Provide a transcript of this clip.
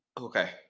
Okay